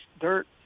dirt